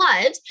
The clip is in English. blood